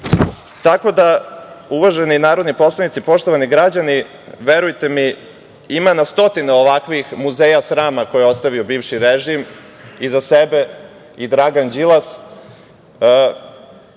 nivou. Uvaženi narodni poslanici i poštovani građani, verujte mi, ima na stotine ovakvih muzeja srama, koje je ostavio bivši režim iza sebe i Dragan Đilas. Na